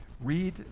Read